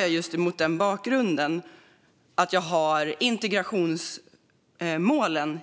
Jag har ställt frågorna med integrationsmålen